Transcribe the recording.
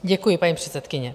Děkuji, paní předsedkyně.